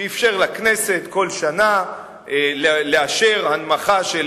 שאפשר לכנסת כל שנה לאשר הנמכה של